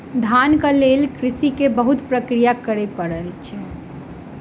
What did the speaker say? धानक लेल कृषक के बहुत प्रक्रिया करय पड़ै छै